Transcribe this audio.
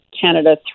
Canada